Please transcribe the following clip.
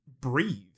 breathe